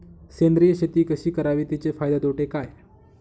सेंद्रिय शेती कशी करावी? तिचे फायदे तोटे काय?